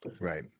Right